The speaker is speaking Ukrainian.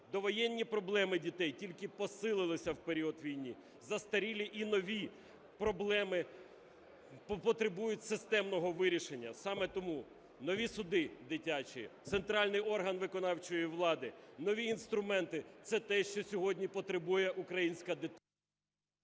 Довоєнні проблеми дітей тільки посилилися в період війни. Застарілі і нові проблеми потребують системного вирішення. Саме тому нові суди дитячі, центральний орган виконавчої влади, нові інструменти – це те, що сьогодні потребує українська дитина...